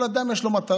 כל אדם יש לו מטרה.